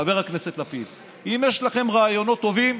חבר הכנסת לפיד: אם יש לכם רעיונות טובים,